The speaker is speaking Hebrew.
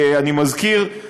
אני מזכיר,